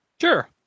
sure